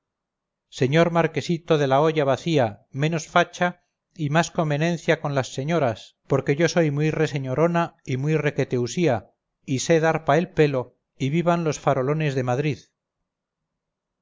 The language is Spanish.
señor marquesito de la olla vacía menos facha y más comenencia con las señoras porque yo soy muy reseñorona y muy requete usía y sé dar pa el pelo y vivan los farolones de madrid